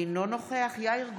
אינו נוכח יאיר גולן,